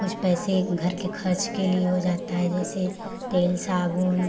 कुछ पैसे घर के खर्च के लिए हो जाता हैं जैसे तेल साबुन